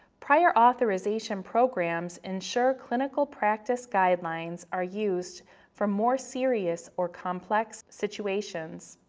prior authorization programs ensure clinical practice guidelines are used for more serious or complex situations.